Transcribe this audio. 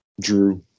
Drew